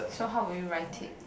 so how will you write it